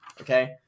Okay